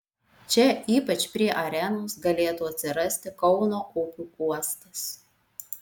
čia ypač prie arenos galėtų atsirasti kauno upių uostas